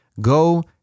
Go